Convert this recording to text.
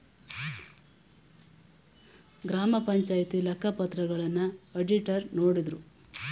ಗ್ರಾಮ ಪಂಚಾಯಿತಿ ಲೆಕ್ಕ ಪತ್ರಗಳನ್ನ ಅಡಿಟರ್ ನೋಡುದ್ರು